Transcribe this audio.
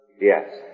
Yes